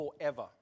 forever